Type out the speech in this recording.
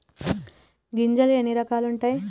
గింజలు ఎన్ని రకాలు ఉంటాయి?